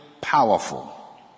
powerful